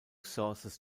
sources